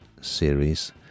series